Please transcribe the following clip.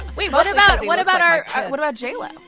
wait, what about what about our what about j lo?